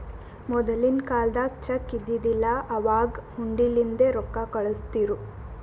ಮೊದಲಿನ ಕಾಲ್ದಾಗ ಚೆಕ್ ಇದ್ದಿದಿಲ್ಲ, ಅವಾಗ್ ಹುಂಡಿಲಿಂದೇ ರೊಕ್ಕಾ ಕಳುಸ್ತಿರು